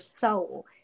soul